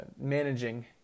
managing